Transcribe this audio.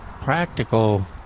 practical